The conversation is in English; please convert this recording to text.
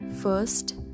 First